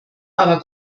aber